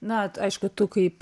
na aišku tu kaip